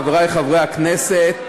חברי חברי הכנסת,